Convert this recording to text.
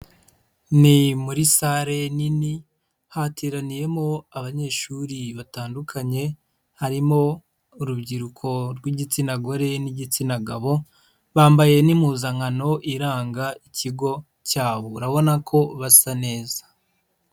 Ni muri salle nini, hateraniyemo abanyeshuri batandukanye, harimo urubyiruko rw'igitsina gore, n'igitsina gabo, bambaye n'impuzankano iranga ikigo cyabo, urabona ko basa neza.